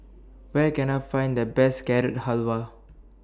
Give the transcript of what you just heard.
Where Can I Find The Best Carrot Halwa